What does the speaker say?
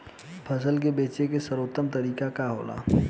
फसल के बेचे के सर्वोत्तम तरीका का होला?